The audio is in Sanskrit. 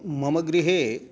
मम गृहे